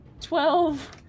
twelve